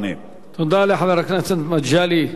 תודה לחבר הכנסת מגלי והבה.